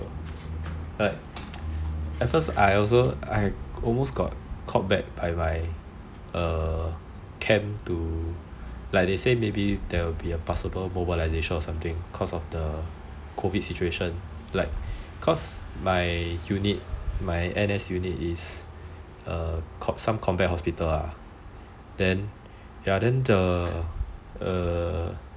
at first I also almost got called back by my camp to like they say maybe there will be a passable mobilisation or something because of the COVID situation like cause my unit my N_S unit some combat hospital ah then